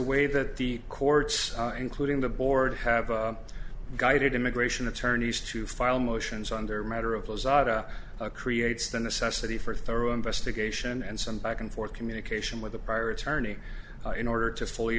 way that the courts including the board have guided immigration attorneys to file motions under a matter of those ata creates the necessity for thorough investigation and some back and forth communication with the prior attorney in order to fully